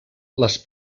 les